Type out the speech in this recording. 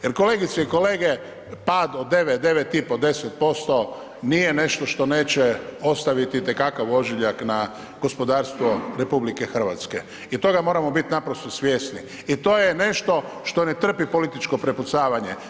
Jer kolegice i kolege pad od 9%, 9,5, 10% nije nešto što neće ostaviti itekakav ožiljak na gospodarstvo RH, jer toga moramo biti naprosto svjesni i to je nešto što ne trpi političko prepucavanje.